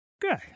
Good